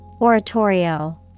oratorio